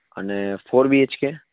અને four B H કે